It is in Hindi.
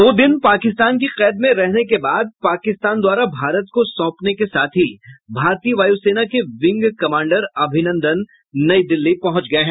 दो दिन पाकिस्तान की कैद में रहने के बाद पाकिस्तान द्वारा भारत को सौंपने के साथ ही भारतीय वायूसेना के विंग कमांडर अभिनंदन नई दिल्ली पहंच गए हैं